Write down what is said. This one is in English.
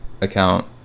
account